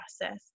process